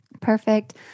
Perfect